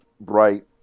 bright